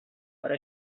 però